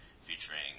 featuring